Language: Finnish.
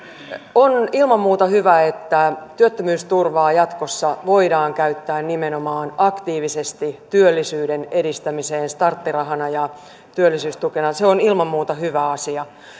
on ilman muuta hyvä että työttömyysturvaa jatkossa voidaan käyttää nimenomaan aktiivisesti työllisyyden edistämiseen starttirahana ja työllisyystukena se on ilman muuta hyvä asia